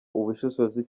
ubushobozi